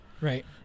right